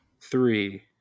three